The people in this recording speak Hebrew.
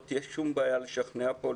לא תהיה שום בעיה לשכנע פה.